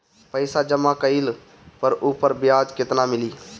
पइसा जमा कइले पर ऊपर ब्याज केतना मिली?